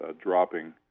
dropping